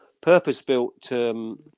purpose-built